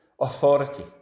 authority